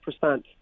percent